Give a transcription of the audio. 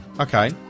okay